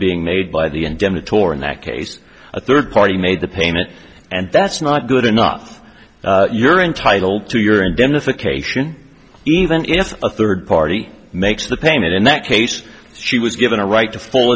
being made by the endemic tor in that case a third party made the payment and that's not good enough you're entitled to your indemnification even if a third party makes the payment in that case she was given a right to full